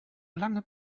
lange